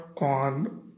on